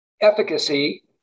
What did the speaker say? efficacy